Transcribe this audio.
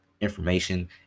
information